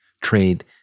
Trade